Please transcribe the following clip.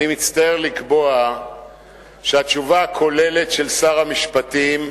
אני מצטער לקבוע שהתשובה הכוללת של שר המשפטים,